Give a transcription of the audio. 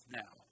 now